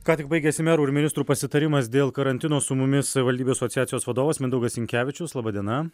ką tik baigėsi merų ir ministrų pasitarimas dėl karantino su mumis savivaldybių asociacijos vadovas mindaugas sinkevičius laba diena